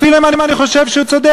אפילו אם אני חושב שהוא צודק.